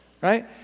right